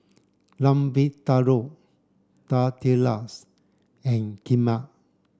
Lamb Vindaloo Tortillas and Kheema